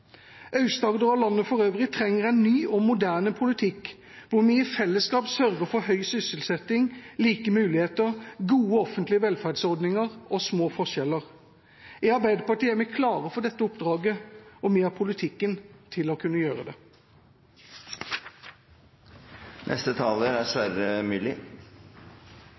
og landet for øvrig trenger en ny og moderne politikk hvor vi i fellesskap sørger for høy sysselsetting, like muligheter, gode offentlige velferdsordninger og små forskjeller. I Arbeiderpartiet er vi klare for dette oppdraget, og vi har politikken til å kunne gjøre det.